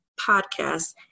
podcast